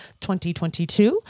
2022